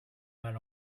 mal